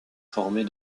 formée